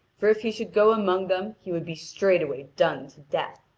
for if he should go among them he would be straightway done to death.